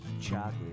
chocolate